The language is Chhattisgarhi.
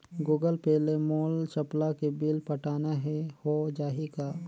गूगल पे ले मोल चपला के बिल पटाना हे, हो जाही का?